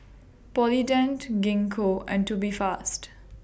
Polident Gingko and Tubifast